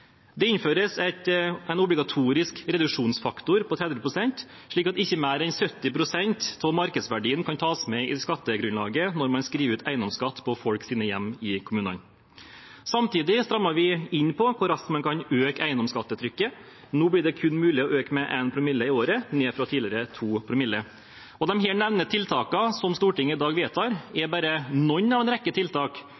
Det innføres en obligatorisk reduksjonsfaktor på 30 pst., slik at ikke mer enn 70 pst. av markedsverdien kan tas med i skattegrunnlaget når man skriver ut eiendomsskatt på folks hjem i kommunene. Samtidig strammer vi inn på hvor raskt man kan øke eiendomsskattetrykket, nå blir det kun mulig å øke med 1 promille i året, ned fra tidligere 2 promille. Disse nevnte tiltakene som Stortinget i dag vedtar, er